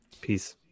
Peace